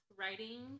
writing